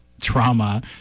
trauma